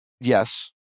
Yes